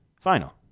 final